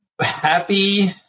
Happy